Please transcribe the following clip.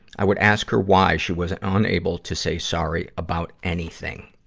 i would ask her why she was unable to say sorry about anything.